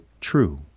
true